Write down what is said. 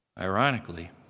Ironically